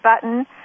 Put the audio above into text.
button